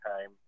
time